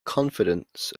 confidence